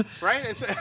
Right